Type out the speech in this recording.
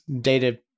Data